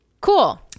cool